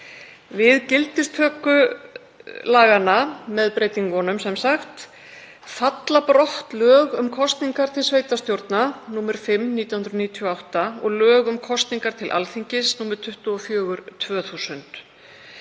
Við gildistöku laganna, með breytingunum sem sagt, falla brott lög um kosningar til sveitarstjórna, nr. 5/1998, og lög um kosningar til Alþingis, nr. 24/2000.